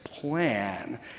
Plan